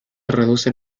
reducen